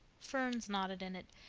ferns nodded in it,